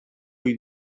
ohi